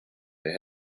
they